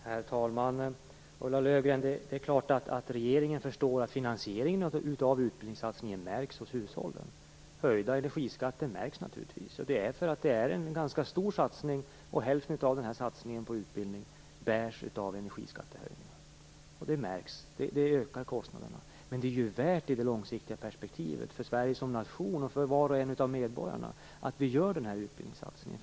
Herr talman! Det är klart, Ulla Löfgren, att regeringen förstår att finansieringen av utbildningssatsningen märks hos hushållen. Höjda energiskatter märks naturligtvis. Det är en ganska stor satsning, och hälften av satsningen på utbildning bärs av energiskattehöjningar. Det ökar kostnaderna. Men i det långsiktiga perspektivet för Sverige som nation och för var och en av medborgarna är det värt att vi gör den satsningen.